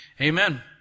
amen